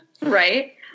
Right